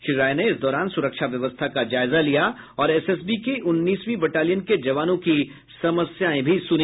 श्री राय ने इस दौरान सुरक्षा व्यवस्था का जायजा लिया और एसएसबी के उन्नीसवीं बटालियन के जवानों की समस्याएं भी सुनी